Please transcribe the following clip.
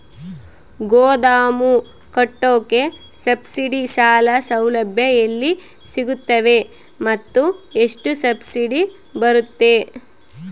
ಗೋದಾಮು ಕಟ್ಟೋಕೆ ಸಬ್ಸಿಡಿ ಸಾಲ ಸೌಲಭ್ಯ ಎಲ್ಲಿ ಸಿಗುತ್ತವೆ ಮತ್ತು ಎಷ್ಟು ಸಬ್ಸಿಡಿ ಬರುತ್ತೆ?